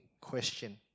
question